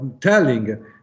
telling